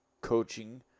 coaching